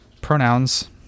pronouns